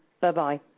Bye-bye